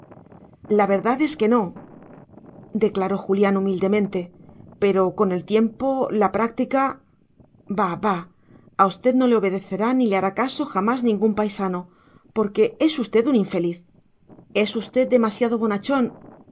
la verdad es que no declaró julián humildemente pero con el tiempo la práctica bah bah a usted no le obedecerá ni le hará caso jamás ningún paisano porque es usted un infeliz es usted demasiado bonachón